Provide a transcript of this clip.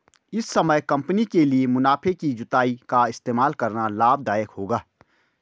इस समय कंपनी के लिए मुनाफे की जुताई का इस्तेमाल करना लाभ दायक होगा